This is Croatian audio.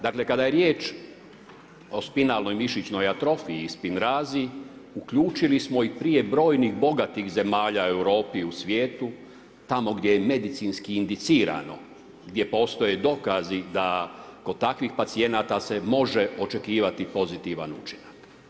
Dakle, kada je riječ o spinalnoj mišićnoj atrofiji i spinrazi, uključeni smo i prije brojnih bogatih zemalja u Europi i svijetu, tamo gdje je medicinski indicirano, gdje postoje dokazi da kod takvih pacijenata se može očekivati pozitivan učinak.